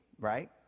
Right